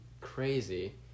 crazy